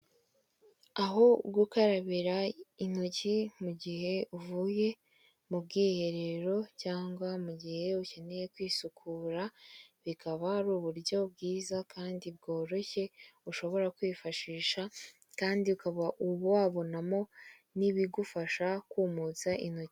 Aho gukarabira intoki mu gihe uvuye mu bwiherero cyangwa mu gihe ukeneye kwisukura, bikaba ari uburyo bwiza kandi bworoshye ushobora kwifashisha kandi ukaba wabonamo n'ibigufasha kumutsa intoki.